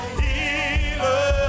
healer